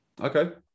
Okay